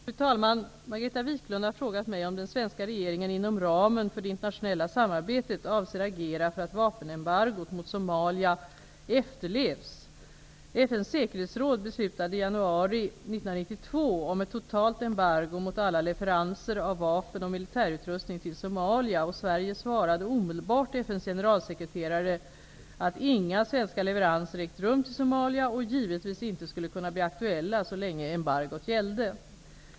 Fru talman! Margareta Viklund har frågat mig om den svenska regeringen inom ramen för det internationella samarbetet avser agera för att vapenembargot mot Somalia efterlevs. om ett totalt embargo mot alla leveranser av vapen och militärutrustning till Somalia. Sverige svarade omedelbart FN:s generalsekreterare att inga svenska leveranser ägt rum till Somalia och givetvis inte skulle kunna bli aktuella så länge embargot gällde.